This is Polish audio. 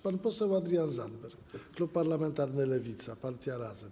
Pan poseł Adrian Zandberg, klub parlamentarny Lewica, partia Razem.